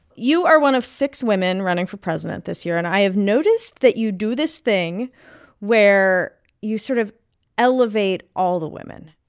you are one of six women running for president this year. and i have noticed that you do this thing where you sort of elevate all the women,